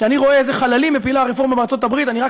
כשאני רואה איזה חללים מפילה הרפורמה בארצות הברית אני רק